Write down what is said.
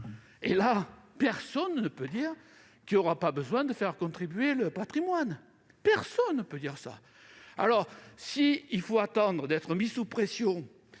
fois, personne ne peut dire qu'il n'y aura pas besoin de faire contribuer le patrimoine. Personne ! S'il faut attendre d'être mis sous pression